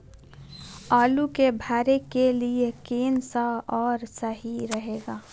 आलू के भरे के लिए केन सा और सही रहेगा?